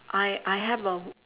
I I have a